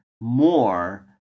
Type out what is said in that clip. more